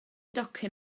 docyn